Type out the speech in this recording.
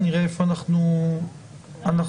נראה איפה אנחנו עומדים,